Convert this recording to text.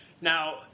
Now